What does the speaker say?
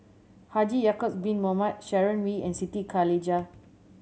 Haji Ya'acob Bin Mohamed Sharon Wee and Siti Khalijah